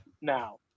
now